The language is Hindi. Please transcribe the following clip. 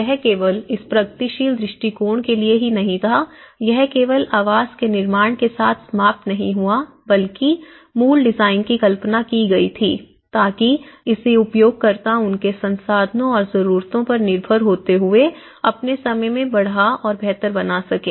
तो यह केवल इस प्रगतिशील दृष्टिकोण के लिए ही नहीं था यह केवल आवास के निर्माण के साथ समाप्त नहीं हुआ बल्कि मूल डिजाइन की कल्पना की गई थी ताकि इसे उपयोगकर्ता उनके संसाधनों और जरूरतों पर निर्भर होते हुए अपने समय में बढ़ा और बेहतर बना सके